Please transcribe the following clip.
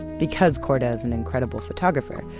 because korda's an incredible photographer,